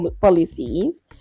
policies